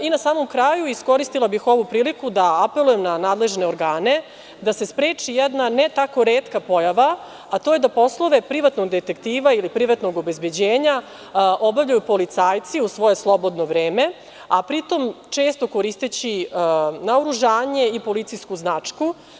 Na samom kraju bih iskoristila priliku da apelujem na nadležne organe da se spreči jedna ne tako retka pojava, a to je da poslove privatnog detektiva ili privatnog obezbeđenja obavljaju policajci u svoje slobodno vreme, a pri tom čestom koristeći naoružanje i policijsku značku.